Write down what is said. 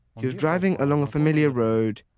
he was driving along a familiar road,